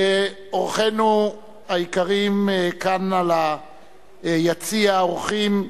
אורחינו היקרים כאן ביציע האורחים,